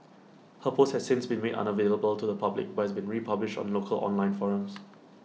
her post has since been made unavailable to the public but has been republished on local online forums